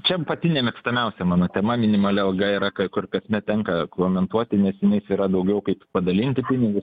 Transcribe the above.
čia pati nemėgstamiausia mano tema minimali alga yra kur kasmet tenka komentuoti nes tenais yra daugiau kaip padalinti pinigus